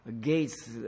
gates